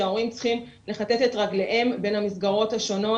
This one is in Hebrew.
שההורים צריכים לכתת את רגליהם בין המסגרות השונות,